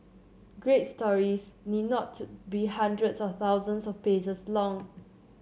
great stories need not to be hundreds or thousands of pages long